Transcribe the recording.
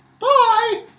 Bye